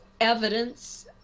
evidence